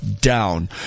down